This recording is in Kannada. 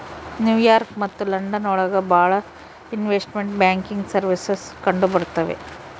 ನ್ಯೂ ಯಾರ್ಕ್ ಮತ್ತು ಲಂಡನ್ ಒಳಗ ಭಾಳ ಇನ್ವೆಸ್ಟ್ಮೆಂಟ್ ಬ್ಯಾಂಕಿಂಗ್ ಸರ್ವೀಸಸ್ ಕಂಡುಬರ್ತವೆ